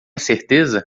certeza